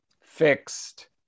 fixed